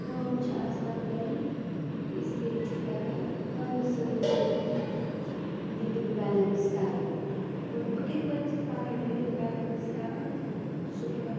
کٲم چھِ آسان گَھرِ اسی لیے چھُ پیٚوان کامہِ سۭتۍ سۭتۍ نِٹِنٛگ بیلیٚنٕس کَرٕنۍ اور بہٕ کِتھ پٲٹھۍ چھَس پَنٕنۍ نِٹِنٛگ بیلیٚنٕس کَران صُبحٲے